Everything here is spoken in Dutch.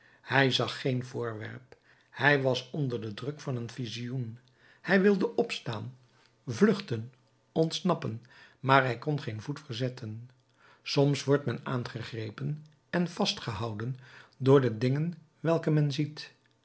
hij zag geen voorwerp hij was onder den druk van een visioen hij wilde opstaan vluchten ontsnappen maar hij kon geen voet verzetten soms wordt men aangegrepen en vastgehouden door de dingen welke men ziet